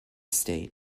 state